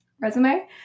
resume